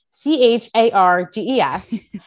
C-H-A-R-G-E-S